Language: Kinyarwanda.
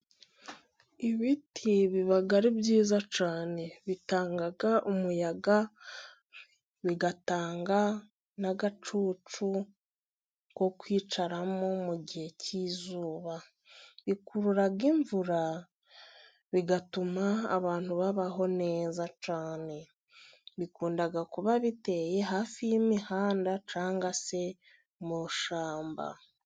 Ibiti biba ari byiza cyane. Bitanga umuyaga, bigatanga n'agacucu ko kwicaramo mu mugihe cy'izuba. Bikurura imvura, bigatuma abantu babaho neza cyane. Bikunda kuba biteye hafi y'imihanda cyangwa se mu ishyamba.